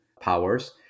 powers